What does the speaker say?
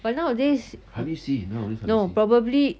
but nowadays no probably